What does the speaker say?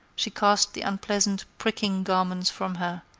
she cast the unpleasant, pricking garments from her,